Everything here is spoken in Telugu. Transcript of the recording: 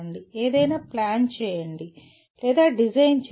ఏదైనా ప్లాన్ చేయండి లేదా డిజైన్ చేయాలి